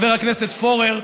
חבר הכנסת פורר,